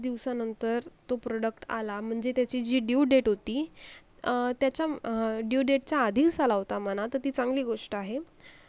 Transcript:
पाच दिवसानंतर तो प्रोडक्ट आला म्हणजे त्याची जी ड्यू डेट होती त्याच्या ड्यू डेटच्या आधीच आला होता म्हणा ती चांगली गोष्ट आहे